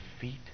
feet